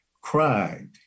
cried